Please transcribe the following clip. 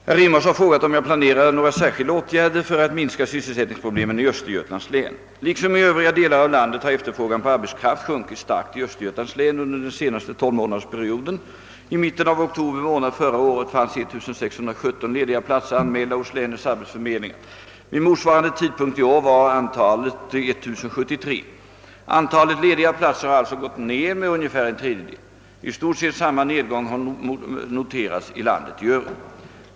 Herr talman! Herr Rimås har frågat om jag planerar några särskilda åtgärder för att minska sysselsättningsproblemen i Östergötlands län. Liksom i övriga delar av landet har efterfrågan på arbetskraft sjunkit starkt i Östergötlands län under den senaste tolvmånadersperioden. I mitten av oktober månad förra året fanns 1 617 1ediga platser anmälda hos länets arbetsförmedlingar. Vid motsvarande tidpunkt i år var antalet 1 073. Antalet lediga platser har alltså gått ned med ungefär en tredjedel. I stort sett samma nedgång har noterats i landet i övrigt.